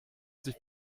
sich